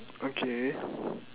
okay